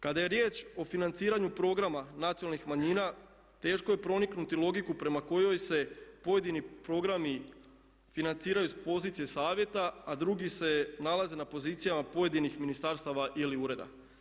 Kada je riječ o financiranju programa nacionalnih manjina teško je proniknuti logiku prema kojoj se pojedini programi financiraju s pozicije savjeta a drugi se nalaze na pozicijama pojedinih ministarstava ili ureda.